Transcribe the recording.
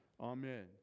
amen